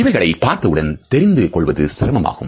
இவைகளை பார்த்தவுடன் தெரிந்து கொள்வது சிரமமாகும்